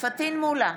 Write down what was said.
פטין מולא,